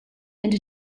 and